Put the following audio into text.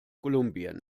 kolumbien